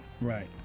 Right